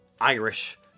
Irish